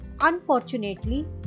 Unfortunately